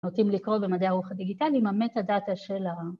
‫נוטים לקרוא במדעי הרוח הדיגיטליים ‫המטה דאטה של ה...